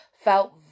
felt